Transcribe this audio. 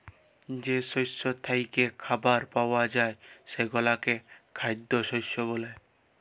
যে শস্য থ্যাইকে খাবার পাউয়া যায় সেগলাকে খাইদ্য শস্য ব্যলে